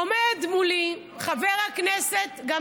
עומד מולי חבר הכנסת, לא אמרת מי יזם את הדיון.